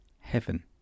Heaven